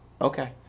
Okay